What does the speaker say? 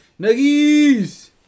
Nuggies